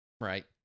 Right